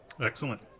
Excellent